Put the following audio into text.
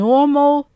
Normal